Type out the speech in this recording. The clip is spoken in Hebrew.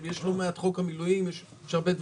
יש חוק המילואים, יש הרבה דברים.